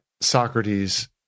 Socrates